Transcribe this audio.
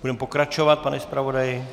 Budeme pokračovat, pane zpravodaji.